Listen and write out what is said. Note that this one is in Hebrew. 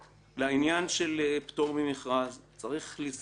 לעניין פטור ממכרז, יש לזכור